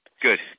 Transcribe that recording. Good